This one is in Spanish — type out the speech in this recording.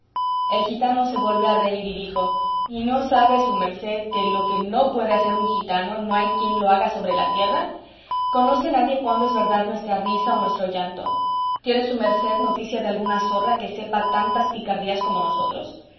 el gitano se volvió a reír y dijo y no sabe su merced que lo que no puede hacer un gitano no hay quien lo haga sobre la tierra conoce nadie cuándo es verdad nuestra risa o nuestro llanto tiene su merced noticia de alguna zorra que sepa tantas picardías como nosotros